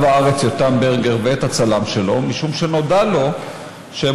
הארץ יותם ברגר ואת הצלם שלו משום שנודע לו שהם